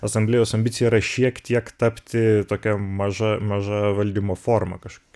asamblėjos ambicija yra šiek tiek tapti tokia maža maža valdymo forma kažkokia